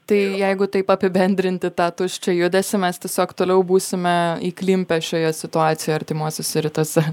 tai jeigu taip apibendrinti tą tuščią judesį mes tiesiog toliau būsime įklimpę šioje situacijoje artimuosiuose rytuose